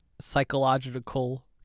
Psychological